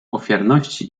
ofiarności